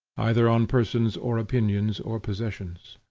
either on persons, or opinions, or possessions.